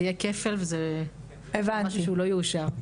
זה יהיה כפל ומשהו שלא יאושר,